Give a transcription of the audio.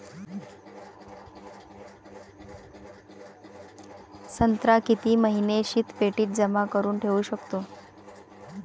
संत्रा किती महिने शीतपेटीत जमा करुन ठेऊ शकतो?